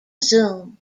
zoom